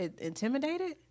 intimidated